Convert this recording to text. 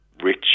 rich